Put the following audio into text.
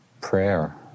prayer